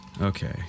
Okay